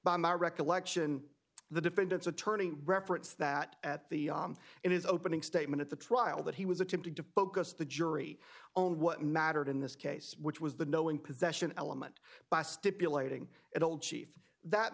by my recollection the defendant's attorney reference that at the in his opening statement at the trial that he was attempting to focus the jury only what mattered in this case which was the knowing possession element by stipulating it old chief that